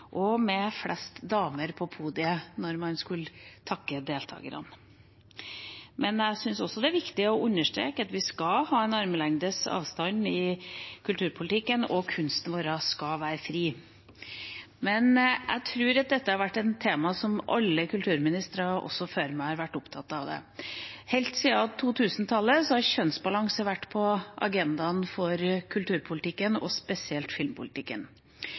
«Sonja», med kvinnelig hovedperson og med flest damer på podiet da man skulle takke deltakerne. Men jeg synes også det er viktig å understreke at vi skal ha en armlengdes avstand i kulturpolitikken, og kunsten vår skal være fri. Jeg tror dette er et tema som alle kulturministere før meg også har vært opptatt av. Helt siden 2000-tallet har kjønnsbalanse vært på agendaen for kulturpolitikken og spesielt filmpolitikken.